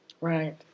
Right